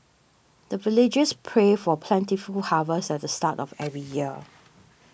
the villagers pray for plentiful harvest at the start of every year